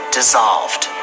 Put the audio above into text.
dissolved